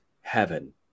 heaven